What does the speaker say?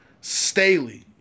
Staley